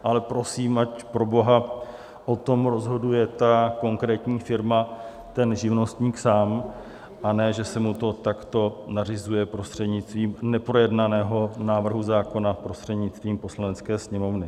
Ale prosím, ať proboha o tom rozhoduje ta konkrétní firma, ten živnostník sám, a ne že se mu to takto nařizuje prostřednictvím neprojednaného návrhu zákona, prostřednictvím Poslanecké sněmovny.